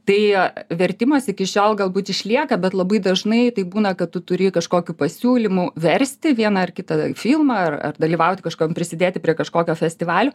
tai vertimas iki šiol galbūt išlieka bet labai dažnai tai būna kad tu turi kažkokių pasiūlymų versti vieną ar kitą filmą ar dalyvauti kažkam prisidėti prie kažkokio festivalio